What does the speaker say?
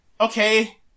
okay